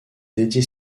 dédié